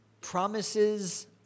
Promises